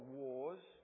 wars